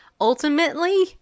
ultimately